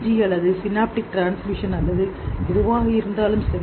G அல்லது synaptic transmission அல்லது எதுவாக இருந்தாலும் சரி